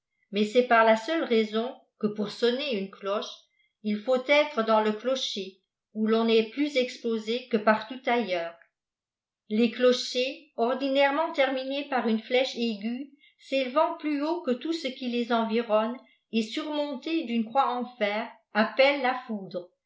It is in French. mais cest par la seule raison que pour sonner une cloche il faut être dans le clocher où ton est plus exposé que partout ailleurs les clochers ordinairement terminés par une flèche aiguë s'élevant plus haut que tout ce qui les environne et surmontée dune croix en fer appellent la foudre